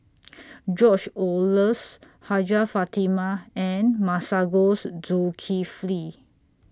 George Oehlers Hajjah Fatimah and Masagos Zulkifli